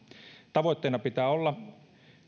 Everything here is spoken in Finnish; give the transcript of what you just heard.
tavoitteena pitää olla